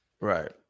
Right